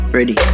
Ready